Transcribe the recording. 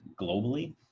globally